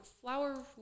flower